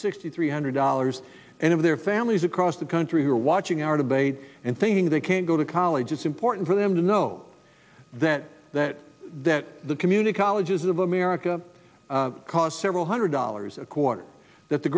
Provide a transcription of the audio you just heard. sixty three hundred dollars and if their families across the country are watching our debate and thinking they can go to college it's important for them to know that that that the community colleges of america cost several hundred dollars a quarter that the